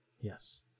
Yes